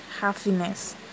happiness